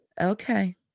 Okay